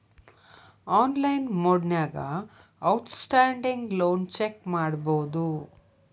online ಮೊಡ್ನ್ಯಾಗ outstanding loan check ಮಾಡಬೋದು